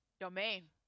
Domain